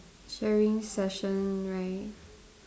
sharing session right